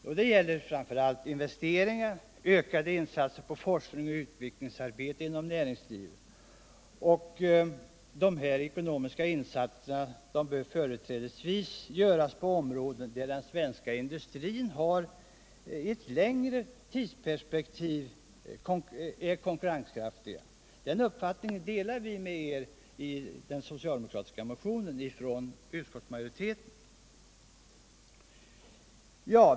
Detta gäller framför allt investeringar och ökade insatser på forsknings och utvecklingsarbete inom näringslivet. De ekonomiska insatserna bör företrädesvis göras på områden där den svenska industrin i ett längre tidsperspektiv är konkurrenskraftig. Den uppfattning därom som framförs i den socialdemokratiska motionen delar vi inom utskottet.